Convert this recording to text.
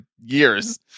years